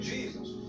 Jesus